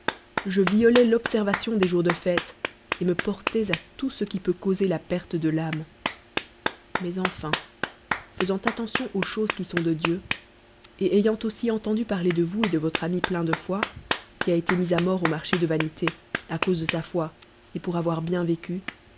je visais l'observation des jours de fêtes et m porlois à tout ce qui peut causer perte de l'âme mais enfin faisant ai tention aux choses qui sont de dieu et ayant aussi entendu parler de vau et de votre ami plei n de foi qui été mis à mort au marché de vaoité à cause de sa foi et pour avoir bie vécu